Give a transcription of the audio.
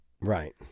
Right